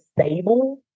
stable